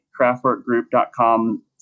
craftworkgroup.com